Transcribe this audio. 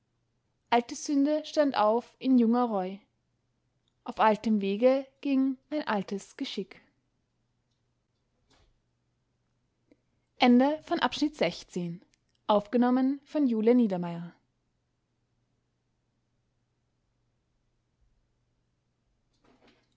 alte sünde stand auf in junger reu auf altem wege ging ein altes geschick